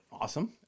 Awesome